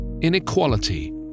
inequality